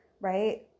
right